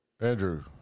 Andrew